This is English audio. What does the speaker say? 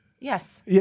Yes